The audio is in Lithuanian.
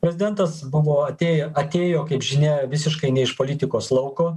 prezidentas buvo atėj atėjo kaip žinia visiškai ne iš politikos lauko